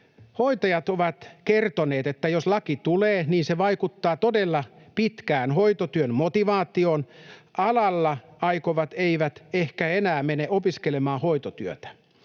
Hoitajat ovat kertoneet, että jos laki tulee, niin se vaikuttaa todella pitkään hoitotyön motivaatioon. Alalle aikovat eivät ehkä enää mene opiskelemaan hoitotyötä.